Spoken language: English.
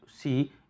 see